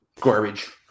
Garbage